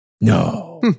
no